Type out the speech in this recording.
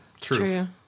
True